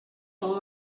tot